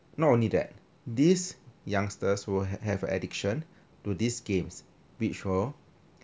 not only that these youngsters will have an addiction to these games which will